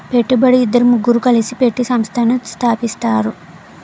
పెట్టుబడి ఇద్దరు ముగ్గురు కలిసి పెట్టి సంస్థను స్థాపిస్తారు